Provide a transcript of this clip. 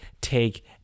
take